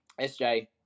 SJ